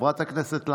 חברת הכנסת לנדה,